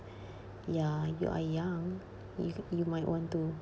ya you are young if you might want to